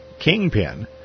kingpin